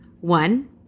One